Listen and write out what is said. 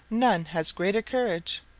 none has greater courage.